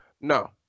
No